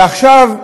ועכשיו,